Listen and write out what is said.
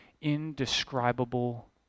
indescribable